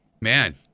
Man